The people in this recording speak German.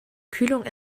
kühlung